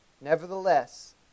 Nevertheless